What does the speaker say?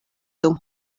dum